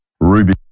Ruby